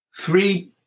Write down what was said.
three